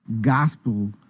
gospel